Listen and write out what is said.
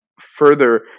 further